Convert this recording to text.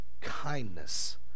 kindness